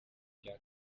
cya